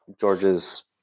George's